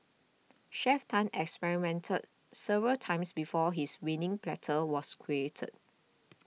Chef Tan experimented several times before his winning platter was created